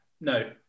no